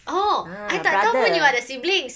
oh I tak tahu pun you ada siblings